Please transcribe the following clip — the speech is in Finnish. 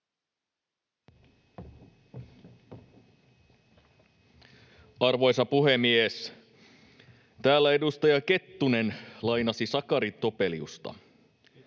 Arvoisa puhemies! Täällä edustaja Kettunen lainasi Sakari Topeliusta.